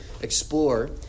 explore